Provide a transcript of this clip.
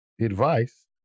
advice